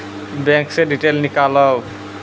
Bank से detail नीकालव?